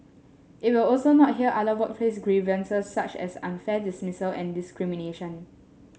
it will also not hear other workplace grievances such as unfair dismissal and discrimination